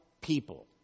people